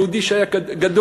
יהודי שהיה גדול,